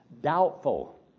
doubtful